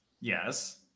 Yes